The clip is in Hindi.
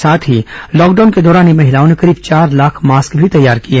साथ ही लॉकडाउन के दौरान इन महिलाओं ने करीब चार लाख मास्क भी तैयार किए